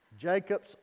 Jacob's